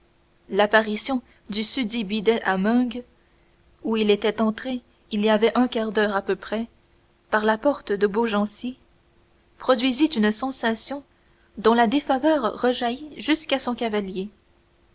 l'apparition du susdit bidet à meung où il était entré il y avait un quart d'heure à peu près par la porte de beaugency produisit une sensation dont la défaveur rejaillit jusqu'à son cavalier